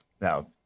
Now